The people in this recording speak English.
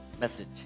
message